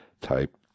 type